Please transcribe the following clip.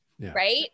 right